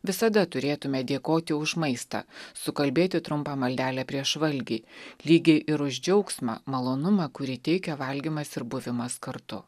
visada turėtumėme dėkoti už maistą sukalbėti trumpą maldelę prieš valgį lygiai ir už džiaugsmą malonumą kurį teikia valgymas ir buvimas kartu